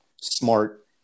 smart